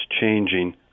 changing